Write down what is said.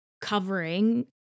covering